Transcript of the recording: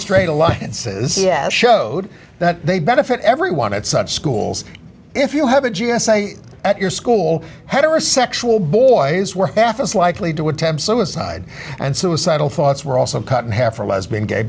straight alliance is yes showed that they benefit everyone at such schools if you have a g s a at your school heterosexual boys were half as likely to attempt suicide and suicidal thoughts were also cut in half or lesbian gay